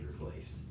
replaced